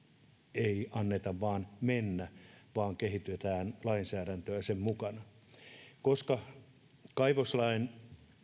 ei anneta vain mennä vaan kehitetään lainsäädäntöä niiden mukana koska kaivoslain